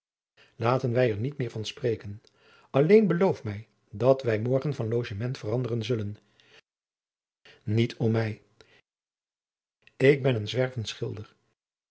laten wij er niet meer van spreken alleen beloof mij dat wij morgen van logement veranderen zullen niet om mij ik ben een zwervend schilder